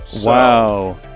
Wow